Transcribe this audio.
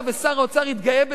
ושר האוצר התגאה בזה,